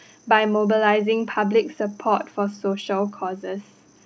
by mobilising public support for social causes